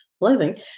living